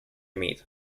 meet